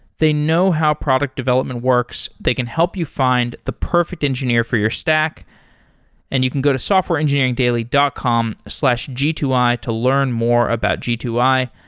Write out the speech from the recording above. they know how product development works. they can help you find the perfect engineer for your stack and you can go to softwareengineeringdaily dot com slash g two i to learn more about g two i.